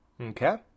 Okay